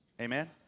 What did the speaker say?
Amen